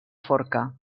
forca